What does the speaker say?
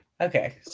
Okay